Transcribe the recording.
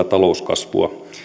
talouskasvua